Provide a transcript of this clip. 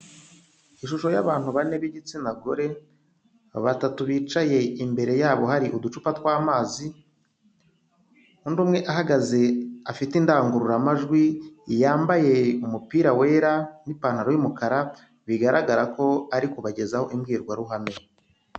Ishusho y'abantu bane b'igitsina gore, batatu bicaye imbere yabo hari uducupa tw'amazi, undi umwe ahagaze afite indangururamajwi, yambaye umupira wera n'ipantaro y'umukara, bigaragarako ari kubagezaho imbwirwaruhame.